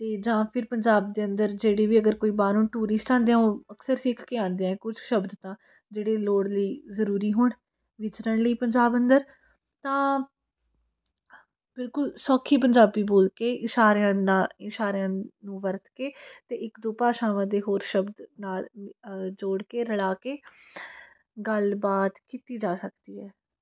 ਅਤੇ ਜਾਂ ਫਿਰ ਪੰਜਾਬ ਦੇ ਅੰਦਰ ਜਿਹੜੀ ਵੀ ਅਗਰ ਕੋਈ ਬਾਹਰੋਂ ਟੂਰਿਸਟ ਆਉਂਦੇ ਹਾਂ ਉਹ ਅਕਸਰ ਸਿੱਖ ਕੇ ਆਉਂਦੇ ਆ ਕੁਝ ਸ਼ਬਦਾਂ ਜਿਹੜੇ ਲੋੜ ਲਈ ਜ਼ਰੂਰੀ ਹੋਣ ਵਿਚ ਰਹਿਣ ਲਈ ਪੰਜਾਬ ਅੰਦਰ ਤਾਂ ਬਿਲਕੁਲ ਸੌਖੀ ਪੰਜਾਬੀ ਬੋਲ ਕੇ ਇਸ਼ਾਰਿਆਂ ਦੇ ਨਾਲ ਇਸ਼ਾਰਿਆਂ ਨੂੰ ਵਰਤ ਕੇ ਤੇ ਇੱਕ ਦੋ ਭਾਸ਼ਾਵਾਂ ਦੇ ਹੋਰ ਸ਼ਬਦ ਨਾਲ ਜੋੜ ਕੇ ਰਲਾ ਕੇ ਗੱਲਬਾਤ ਕੀਤੀ ਜਾ ਸਕਦੀ ਹੈ